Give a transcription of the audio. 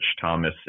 Thomas